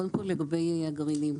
קודם כל לגבי הגרעינים.